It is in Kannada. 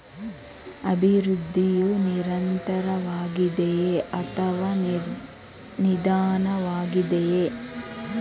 ಅಭಿವೃದ್ಧಿಯು ನಿರಂತರವಾಗಿದೆಯೇ ಅಥವಾ ನಿಧಾನವಾಗಿದೆಯೇ?